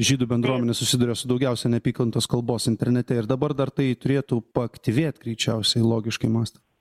žydų bendruomenė susiduria su daugiausia neapykantos kalbos internete ir dabar dar tai turėtų paaktyvėt greičiausiai logiškai mąstant